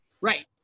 Right